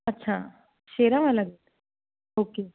ਅੱਛਾ ਸ਼ੇਰਾਂ ਵਾਲਾ ਗੇਟ ਓਕੇ